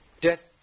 death